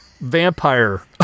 vampire